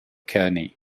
kearny